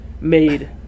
made